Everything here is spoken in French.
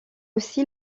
aussi